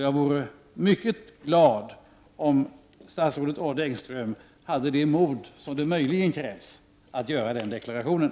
Jag vore mycket glad om statsrådet Odd Engström hade det mod som möjligen krävs för att göra den deklarationen.